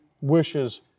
wishes